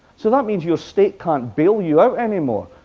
so that means your state can't bail you out anymore.